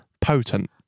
potent